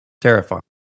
Terrifying